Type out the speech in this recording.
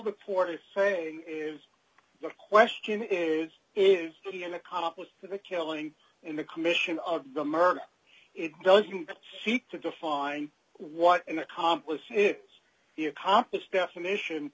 the port are saying is the question is is he an accomplice to the killing in the commission of the murder it doesn't seek to define what an accomplice the accomplice definition